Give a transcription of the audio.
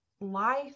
life